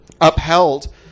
upheld